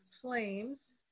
Flames